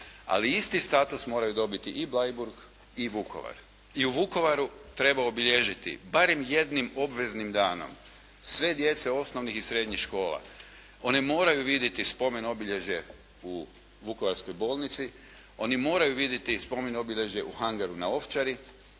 Ali isti status moraju dobiti i Bleiburg i Vukovar. I u Vukovaru treba obilježiti barem jednim obveznim danom sve djece osnovnih i srednjih škola, one moraju vidjeti spomen obilježje u Vukovarskoj bolnici, oni moraju vidjeti spomen obilježje u hangaru na Ovčari,